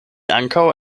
ankaŭ